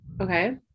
Okay